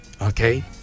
Okay